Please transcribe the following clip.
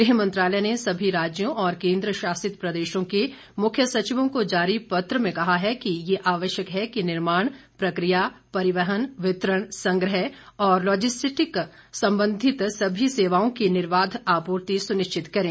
गृह मंत्रालय ने सभी राज्यों और केंद्र शासित प्रदेशों के मुख्य सचिवों को जारी पत्र में कहा है कि यह आवश्यक है कि निर्माण प्रक्रिया परिवहन वितरण संग्रह और लॉजिस्टिक्स संबंधित सभी सेवाओं की निर्बाध आपूर्ति सुनिश्चित करें